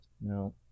No